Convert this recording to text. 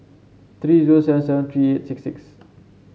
three zero seven seven three eight six six